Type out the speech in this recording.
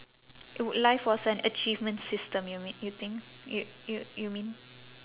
if life was an achievement system you mea~ you think you you you mean